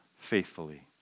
faithfully